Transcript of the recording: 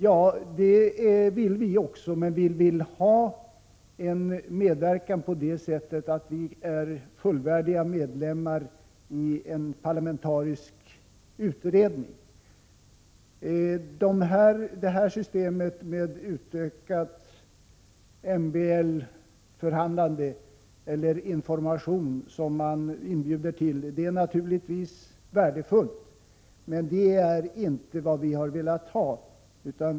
Ja, så vill vi också ha det, men vi vill ha en medverkan på det sättet att vi är fullvärdiga medlemmar i en parlamentarisk utredning. Systemet med utökade MBL-förhandlingar eller information som det inbjuds till är 73 naturligtvis värdefullt, men det är inte vad vi har velat ha.